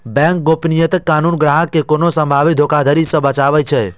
bank गोपनीयता कानून ग्राहक कें कोनो संभावित धोखाधड़ी सं बचाबै छै